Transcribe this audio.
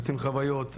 משתפים חוויות,